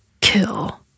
kill